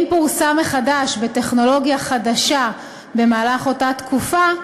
ואם פורסם מחדש בטכנולוגיה חדשה במהלך אותה תקופה,